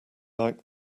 like